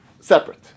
separate